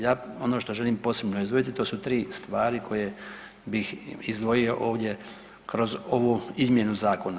Ja ono što želim posebno izuzeti, to su tri stvari koje bih izdvojio ovdje kroz ovu izmjenu zakona.